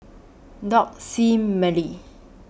Doug Sie and Merri